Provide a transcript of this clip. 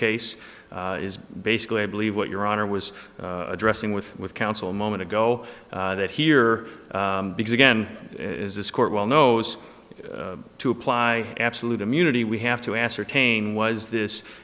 case is basically i believe what your honor was addressing with with counsel a moment ago that here because again as this court well knows to apply absolute immunity we have to ascertain was this